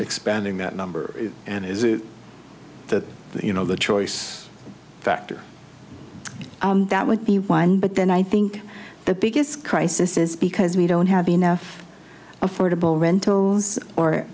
expanding that number and is it that you know the choice factor that would be one but then i think the biggest crisis is because we don't have enough affordable rentals or